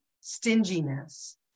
stinginess